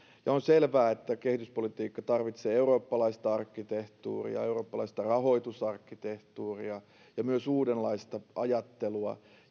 on selvää että kehityspolitiikka tarvitsee eurooppalaista arkkitehtuuria eurooppalaista rahoitusarkkitehtuuria ja ja myös uudenlaista ajattelua